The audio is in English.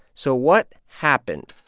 so what happened?